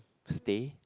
stay